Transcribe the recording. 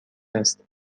است